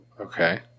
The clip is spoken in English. okay